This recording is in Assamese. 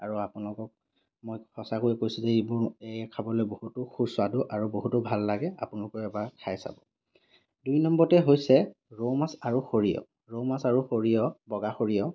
আৰু আপোনালোকক মই সঁচাকৈ কৈছোঁ যে এইবোৰ খাবলৈ বহুতো সুস্বাদু আৰু বহুতো ভাল লাগে আপোনালোকেও এবাৰ খাই চাৱক দুই নম্বৰতে হৈছে ৰৌ মাছ আৰু সৰিয়হ ৰৌ মাছ আৰু সৰিয়হ বগা সৰিয়হ